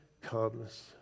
comes